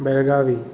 Belagavi